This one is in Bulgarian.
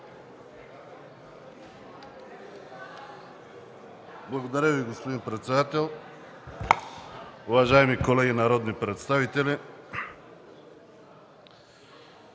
Благодаря Ви, господин председател. Уважаеми колеги народни представители,